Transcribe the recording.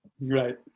right